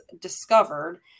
discovered